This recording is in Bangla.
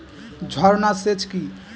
ঝর্না সেচ কি?